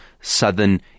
southern